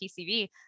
PCV